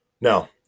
Now